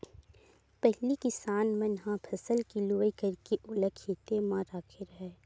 पहिली किसान मन ह फसल के लुवई करके ओला खेते म राखे राहय